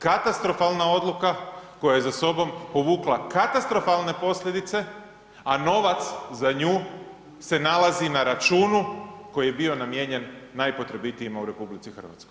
Katastrofalna odluka koja je za sobom povukla katastrofalne posljedice, a novac za nju se nalazi na računu koji je bio namijenjen najpotrebitijima u RH.